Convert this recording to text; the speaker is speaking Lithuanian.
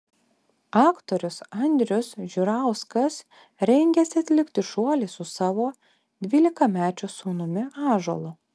aktorius andrius žiurauskas rengiasi atlikti šuolį su savo dvylikamečiu sūnumi ąžuolu